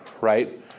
right